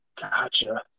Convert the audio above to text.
Gotcha